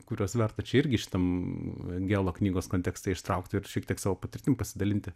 kuriuos verta čia irgi šitam gelo knygos kontekste ištraukti ir šiek tiek savo patirtim pasidalinti